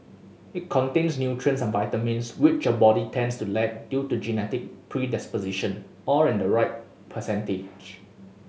it contains nutrients and vitamins which your body tends to lack due to genetic predispositions all in the right percentage